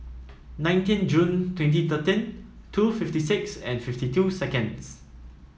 nineteen June twenty thirteen two fifty six and fifty two seconds